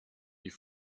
die